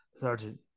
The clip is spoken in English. sergeant